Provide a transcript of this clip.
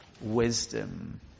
wisdom